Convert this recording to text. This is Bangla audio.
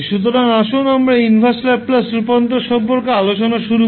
সুতরাং আসুন আমরা ইনভার্স ল্যাপ্লাস রূপান্তর সম্পর্কে আলোচনা শুরু করি